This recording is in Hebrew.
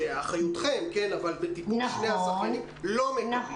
באחריותכם, אבל בטיפול שני הזכיינים, לא מקבלים.